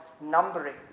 numbering